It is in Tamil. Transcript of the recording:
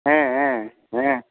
ஆ ஆ ஆ